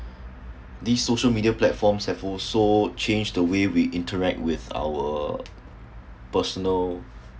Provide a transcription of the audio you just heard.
these social media platforms have also changed the way we interact with our personal